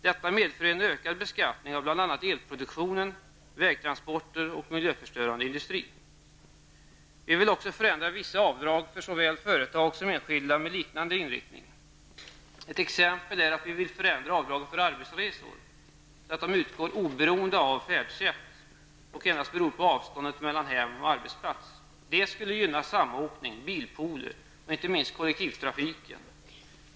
Detta medför en ökad beskattning av bl.a. elproduktionen, vägtransporter och miljöförstörande industri. Vi vill också förändra vissa avdrag för såväl företag som enskilda med liknande inriktning. Ett exempel är att vi vill förändra avdraget för arbetsresor så att de utgår oberoende av färdsätt och endast beror på avståndet mellan hem och arbetsplats. Det skulle gynna samåkning, bilpooler och inte minst kollektivtrafiken.